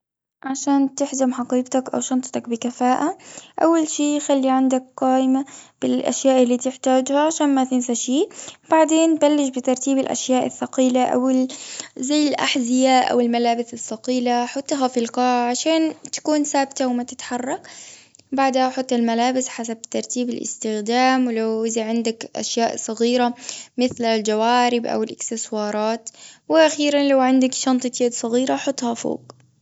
عشان تحزم حقيبتك، أو شنطتك بكفاءة. أول شي خلي عندك قايمة بالأشياء اللي تحتاجها، عشان ما تنسى شي. بعدين بلش بترتيب الأشياء الثقيلة، أو- زي الأحذية، أو الملابس الثقيلة، حطها في القاع، عشان تكون ثابتة، وما تتحرك. بعدها حط الملابس حسب ترتيب الإستخدام، ولو- وإذا عندك أشياء صغيرة، مثل الجوارب أو الإكسسوارات. وأخيرا، لو عندك شنطة يد صغيرة، حطها فوق.